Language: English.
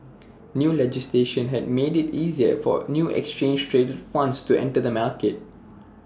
new legislation has made IT easier for new exchange traded funds to enter the market